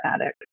attic